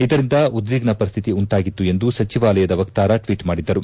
ಇದರಿಂದ ಉದ್ವಿಗ್ನಪರಿಸ್ಥಿತಿ ಉಂಟಾಗಿತ್ತು ಎಂದು ಸಚಿವಾಲಯದ ವಕ್ತಾರ ಟ್ವೀಟ್ ಮಾಡಿದ್ದರು